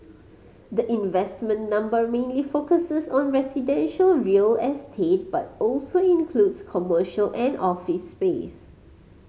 the investment number mainly focuses on residential real estate but also includes commercial and office space